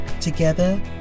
Together